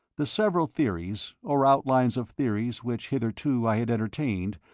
the several theories, or outlines of theories which hitherto i had entertained,